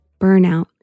burnout